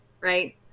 right